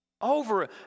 Over